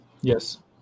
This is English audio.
Yes